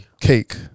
Cake